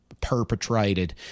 perpetrated